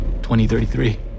2033